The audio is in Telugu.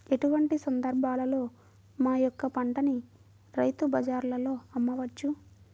ఎటువంటి సందర్బాలలో మా యొక్క పంటని రైతు బజార్లలో అమ్మవచ్చు?